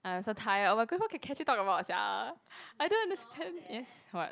I'm so tired oh my god what can Catherina talk about sia I don't understand yes what